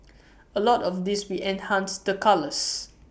A lot of this we enhanced the colours